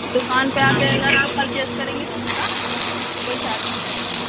दुकान पर आकर अगर आप पर्चेज़ करेंगी तो उसका कोई चार्ज नहीं रहेगा